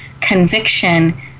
conviction